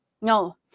No